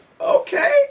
Okay